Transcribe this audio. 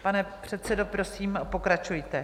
Pane předsedo, prosím, pokračujte.